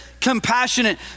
compassionate